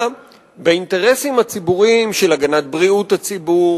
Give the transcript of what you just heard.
באינטרסים הציבוריים של הגנת בריאות הציבור,